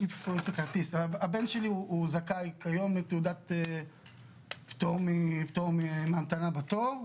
הבן שלי הוא זכאי כיום לתעודת פטור מהמתנה בתור,